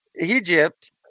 Egypt